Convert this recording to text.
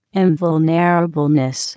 invulnerableness